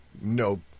No